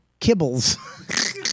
Kibbles